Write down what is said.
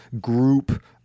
group